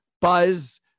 buzz